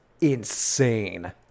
insane